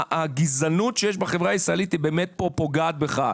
הגזענות שיש בחברה הישראלית פוגעת בך פה,